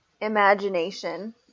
imagination